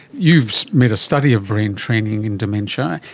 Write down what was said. you've made a study of brain training in dementia.